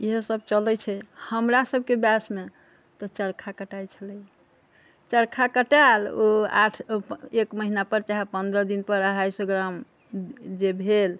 इहे सब चलै छै हमरा सबके वशमे तऽ चरखा कटाइ छलै चरखा कटायल ओ आठ एक महीनापर चाहे पन्द्रह दिनपर अढ़ाइ सए ग्राम जे भेल